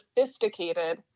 sophisticated